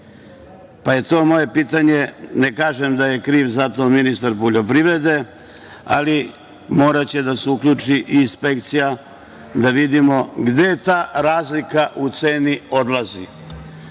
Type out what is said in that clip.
evra godišnje. Ne kažem da je kriv za to ministar poljoprivrede, ali moraće da se uključi i inspekcija, da vidimo gde ta razlika u ceni odlazi,